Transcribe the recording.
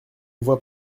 vois